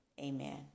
Amen